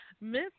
miss